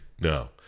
No